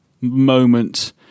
moment